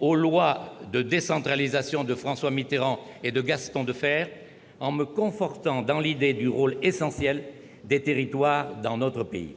aux lois de décentralisation de François Mitterrand et de Gaston Defferre, en me confortant dans l'idée du caractère essentiel du rôle des territoires dans notre pays.